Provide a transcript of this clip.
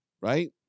right